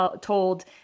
told